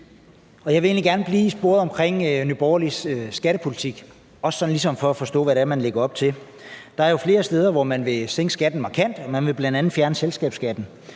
egentlig gerne blive i sporet omkring Nye Borgerliges skattepolitik, også for ligesom at forstå, hvad det er, man lægger op til. Der er jo flere steder, hvor man vil sænke skatten markant, og man vil bl.a. fjerne selskabsskatten.